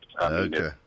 Okay